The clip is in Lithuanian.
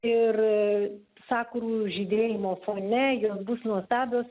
ir sakurų žydėjimo fone jos bus nuostabios